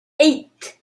eight